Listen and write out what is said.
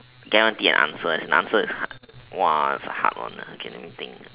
guarantee an answer as the answer is hard is a hard one okay let me think